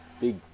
big